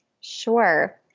Sure